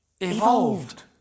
evolved